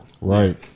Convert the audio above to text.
Right